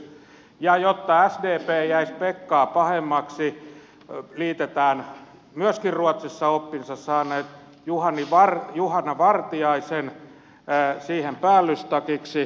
ja jotta sdp ei jäisi pekkaa pahemmaksi liitetään myöskin ruotsissa oppinsa saanut juhana vartiainen siihen päällystakiksi